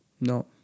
No